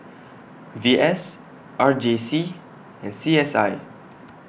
V S R J C and C S I